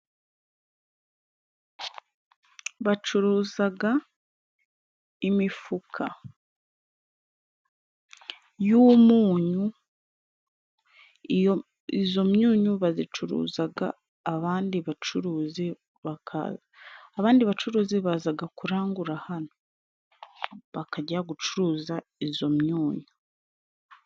Bacuruzaga imifuka y'umunyu. Iyo izo myunyu bazicuruzaga abandi bacuruzi, abandi bacuruzi bazaga kurangura hano, bakajya gucuruza izo myunyu.